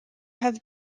have